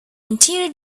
interior